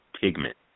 pigment